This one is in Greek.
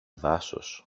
δάσος